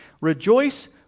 Rejoice